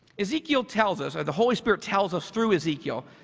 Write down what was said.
ezekiel tells us. the holy spirit tells us through ezekiel,